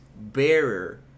bearer